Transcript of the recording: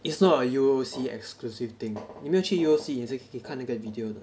it's not a U_O_C exclusive thing 你有没有去 U_O_C 你还是可以看那个 video 的